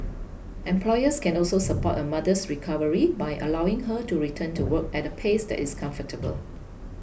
employers can also support a mother's recovery by allowing her to return to work at a pace that is comfortable